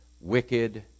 wicked